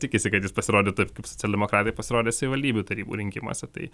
tikisi kad jis pasirodė taip kaip socialdemokratai pasirodė savivaldybių tarybų rinkimuose tai